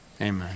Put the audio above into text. amen